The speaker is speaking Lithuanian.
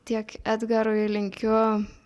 tiek edgarui linkiu